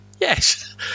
Yes